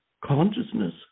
consciousness